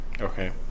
Okay